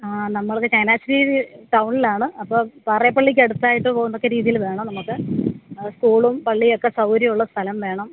ആ നമ്മളത് ചങ്ങനാശ്ശേരി ടൗണിലാണ് അപ്പോൾ പാറേപ്പള്ളിക്കടുത്തായിട്ട് പോകുന്ന രീതിയിൽ വേണം നമുക്ക് സ്കൂളും പള്ളിയൊക്കെ സൗകര്യമുള്ള സ്ഥലം വേണം